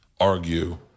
argue